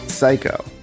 Psycho